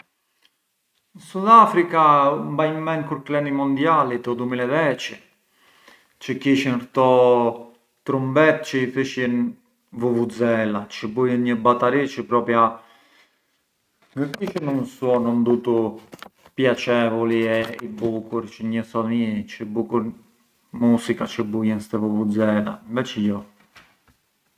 Sudafrica, mbanj ment kur klenë i mondiali te u dumila e dieci, çë kishën këto trumbetë çë i thëshjën vuvuzela, çë bujën një batari çë propria ngë kishën un suonu ndutu piacevoli e i bukur çë një thot: mi musica çë bujën sti vuvuzela! Inveci jo.